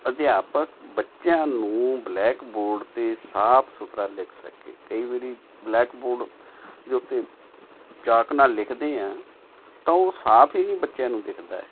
ਅਧਿਆਪਕ ਬੱਚਿਆਂ ਨੂੰ ਬਲੈਕਬੋਰਡ 'ਤੇ ਸਾਫ਼ ਸੁਥਰਾ ਲਿਖ ਸਕੇ ਕਈ ਵਾਰੀ ਬਲੈਕਬੋਰਡ ਦੇ ਉੱਤੇ ਚਾਕ ਨਾਲ਼ ਲਿਖਦੇ ਹਾਂ ਤਾਂ ਉਹ ਸਾਫ਼ ਹੀ ਨਹੀਂ ਬੱਚਿਆਂ ਨੂੰ ਦਿਖਦਾ ਹੈਗਾ